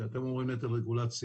כשאתם אומרים נטל רגולציה,